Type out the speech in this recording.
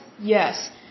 Yes